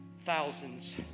thousands